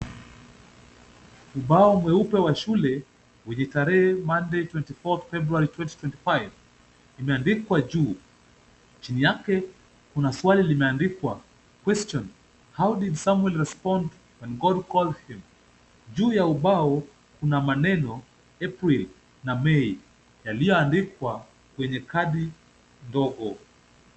Ubao mweupe wa shule wenye tarehe Monday 24th February 2025 imeandikwa juu. Chini yake kuna swali limeandikwa question: how did Samuel respond when God called him? . Juu ya ubao kuna maneno April na Mei yaliyoandikwa kwenye kadi ndogo.